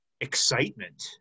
excitement